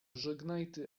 żegnajty